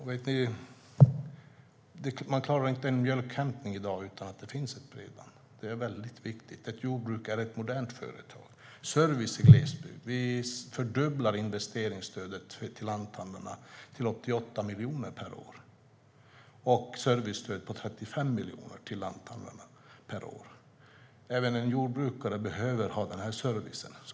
Man klarar inte en mjölkhämtning i dag utan bredband. Bredband är viktigt. Ett jordbruk är ett modernt företag. Sedan är det frågan om servicen i glesbygd. Vi fördubblar investeringsstödet till lanthandlarna till 88 miljoner per år och inrättar ett servicestöd till lanthandlarna på 35 miljoner per år. Även jordbrukare behöver servicen.